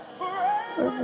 forever